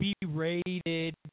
berated